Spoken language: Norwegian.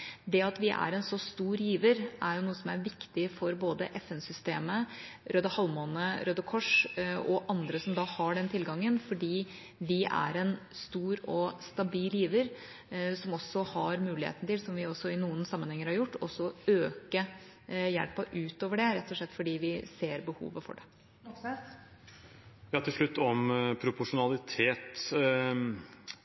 Det at vi er en så stor giver, er noe som er viktig for både FN-systemet, Røde Halvmåne/Røde Kors og andre som har den tilgangen – at vi er en stor og stabil giver, som også har muligheten til, som vi også i noen sammenhenger har gjort, å øke hjelpen utover det, rett og slett fordi vi ser behovet for det. Til slutt om